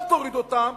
אל תוריד אותם,